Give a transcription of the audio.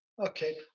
Okay